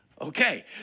Okay